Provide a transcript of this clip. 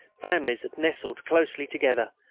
families had nestled closely together,